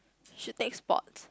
should take sport